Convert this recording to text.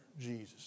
Jesus